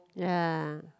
ya